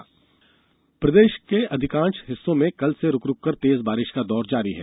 मौसम प्रदेश के अधिकांश हिस्सों में कल से ही रुक रुक कर तेज बारिश का दौर जारी है